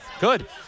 Good